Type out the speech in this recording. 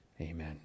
Amen